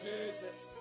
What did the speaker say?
Jesus